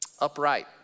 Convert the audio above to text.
upright